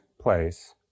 place